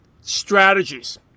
strategies